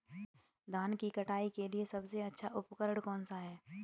धान की कटाई के लिए सबसे अच्छा उपकरण कौन सा है?